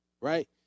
right